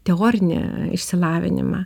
teorinį išsilavinimą